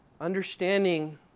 understanding